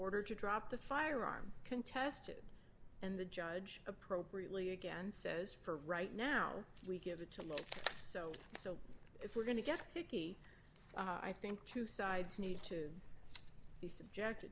order to drop the firearm contested and the judge appropriately again says for right now we give it to law so so if we're going to get picky i think two sides need to